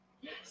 Yes